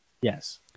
Yes